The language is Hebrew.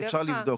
אפשר לבדוק,